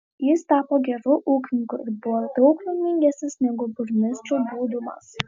jis tapo geru ūkininku ir buvo daug laimingesnis negu burmistru būdamas